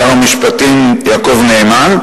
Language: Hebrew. שר המשפטים יעקב נאמן,